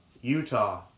Utah